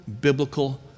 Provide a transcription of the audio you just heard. biblical